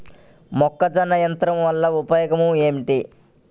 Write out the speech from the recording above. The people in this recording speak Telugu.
మొక్కజొన్న యంత్రం వలన ఉపయోగము ఏంటి?